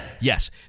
yes